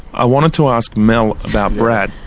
i wanted to ask mel about brad,